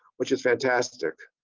which is fantastic.